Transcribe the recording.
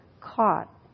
caught